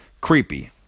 creepy